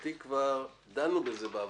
לדעתי כבר דנו בזה בעבר.